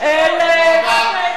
תודה.